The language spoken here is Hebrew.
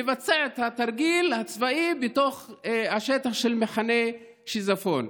לבצע את התרגיל הצבאי בתוך השטח של מחנה שיזפון.